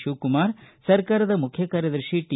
ಶಿವಕುಮಾರ್ ಸರ್ಕಾರದ ಮುಖ್ಯ ಕಾರ್ಯದರ್ಶಿ ಟಿ